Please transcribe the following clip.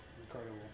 Incredible